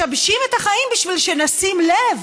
משבשים את החיים בשביל שנשים לב,